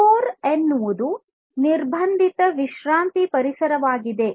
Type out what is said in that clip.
ಕೊರ್ ಎನ್ನುವುದು ನಿರ್ಬಂಧಿತ ವಿಶ್ರಾಂತಿ ಪರಿಸರವಾಗಿದೆ